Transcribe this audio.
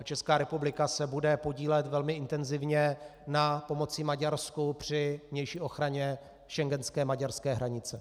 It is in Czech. Česká republika se bude podílet velmi intenzivně na pomoci Maďarsku při vnější ochraně schengenské maďarské hranice.